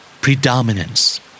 Predominance